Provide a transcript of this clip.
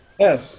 Yes